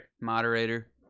Moderator